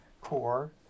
core